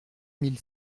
mille